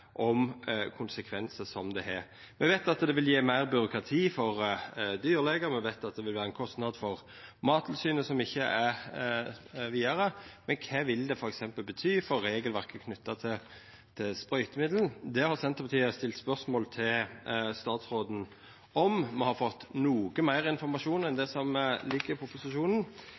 om konsekvensane det har. Me veit at det vil gje meir byråkrati for dyrlegar, me veit at det vil vera ein kostnad for Mattilsynet som ikkje er vidare, men kva vil det bety f.eks. for regelverket knytt til sprøytemiddel? Det har Senterpartiet stilt spørsmål om til statsråden. Me har fått noko meir informasjon enn det som ligg i proposisjonen,